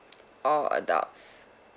all adults